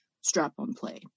strap-on-play